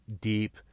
deep